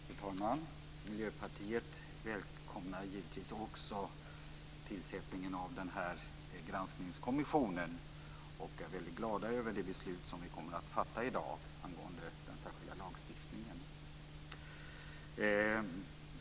Fru talman! Miljöpartiet välkomnar givetvis också tillsättningen av granskningskommissionen, och vi är väldigt glada över det beslut som vi kommer att fatta i dag angående den särskilda lagstiftningen.